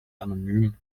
anonym